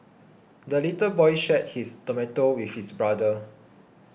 the little boy shared his tomato with his brother